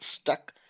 stuck